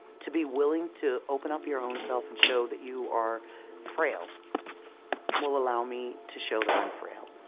to be willing to open up your own self and show that you are frail will allow me to show that i am frail.